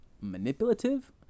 manipulative